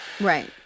Right